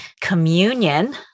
communion